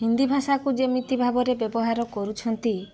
ହିନ୍ଦୀ ଭାଷାକୁ ଯେମିତି ଭାବରେ ବ୍ୟବହାର କରୁଛନ୍ତି